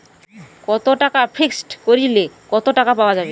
কত টাকা ফিক্সড করিলে কত টাকা পাওয়া যাবে?